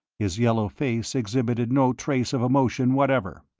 his yellow face exhibited no trace of emotion whatever.